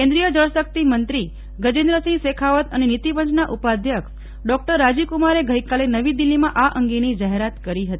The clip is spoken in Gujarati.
કેન્દ્રિય જળશક્તિમંત્રી ગજેન્દ્રસિંહ શેખાવત અને નીતિપંચના ઉપાધ્યક્ષ ડોકટર રાજીવકુમારે ગઇકાલે નવી દીલ્હીમાં આ અંગેની જાહેરાત કરી હતી